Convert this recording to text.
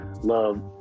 love